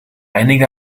einige